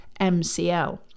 MCL